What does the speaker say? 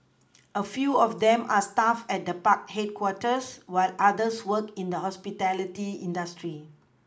a few of them are staff at the park headquarters while others work in the hospitality industry